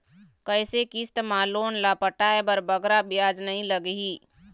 कइसे किस्त मा लोन ला पटाए बर बगरा ब्याज नहीं लगही?